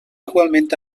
igualment